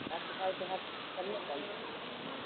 साफ सफाई तो हर सब में करनी पड़ेगी